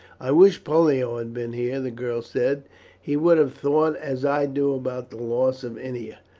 i wish pollio had been here, the girl said he would have thought as i do about the loss of ennia.